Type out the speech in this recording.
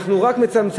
אנחנו רק מצמצמים,